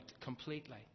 completely